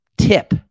tip